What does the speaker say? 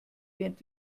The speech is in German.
während